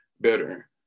better